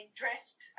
dressed